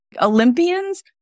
Olympians